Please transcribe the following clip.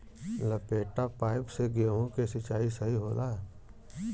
लपेटा पाइप से गेहूँ के सिचाई सही होला?